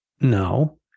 No